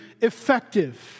effective